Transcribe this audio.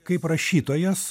kaip rašytojas